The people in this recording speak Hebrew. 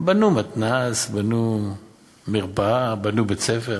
בנו מתנ"ס, בנו מרפאה, בנו בית-ספר.